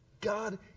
God